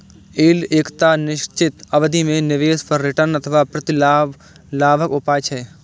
yield एकटा निश्चित अवधि मे निवेश पर रिटर्न अथवा प्रतिलाभक उपाय छियै